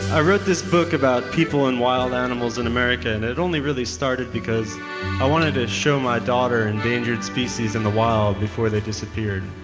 i wrote this book about people and wild animals in america and they only really started because i wanted to show my daughter endangered species in the wild before they disappeared.